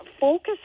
focus